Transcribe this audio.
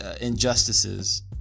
injustices